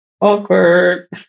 Awkward